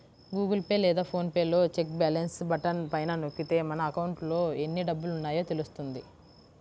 Google Pay లేదా PhonePe లో check balance button పైన నొక్కితే మన అకౌంట్లో ఎన్ని డబ్బులున్నాయో తెలుస్తుంది